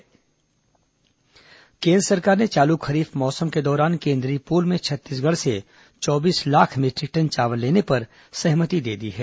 central pool चावल केन्द्र सरकार ने चालू खरीफ मौसम के दौरान केंद्रीय पूल में छत्तीसगढ़ से चौबीस लाख मीटरिक टन चावल लेने पर सहमति दे दी है